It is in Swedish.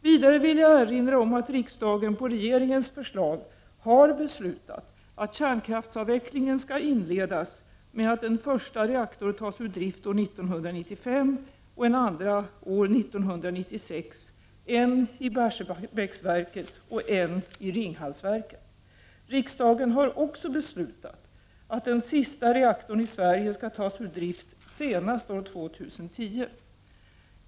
Vidare vill jag erinra om att riksdagen på regeringens förslag har beslutat att kärnkraftsavvecklingen skall inledas med att en första reaktor tas ur drift år 1995 och en andra år 1996 — en i Barsebäcksverket och en i Ringhalsverket. Riksdagen har också beslutat att den sista reaktorn i Sverige skall tas ur drift senast år 2010.